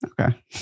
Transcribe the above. Okay